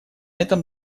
этом